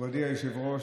מכובדי היושב-ראש,